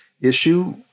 issue